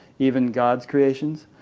even god's creations?